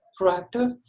proactive